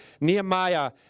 Nehemiah